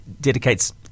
dedicates